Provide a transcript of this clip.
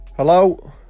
Hello